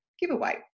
giveaway